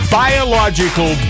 biological